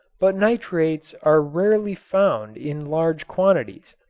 but nitrates are rarely found in large quantities.